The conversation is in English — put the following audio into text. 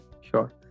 sure